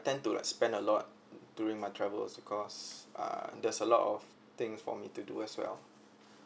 tend to like spend a lot during my travels because uh there's a lot of things for me to do as well